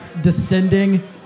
descending